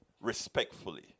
respectfully